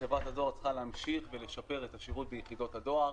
וחברת הדואר צריכה להמשיך ולשפר את השירות ביחידות הדואר.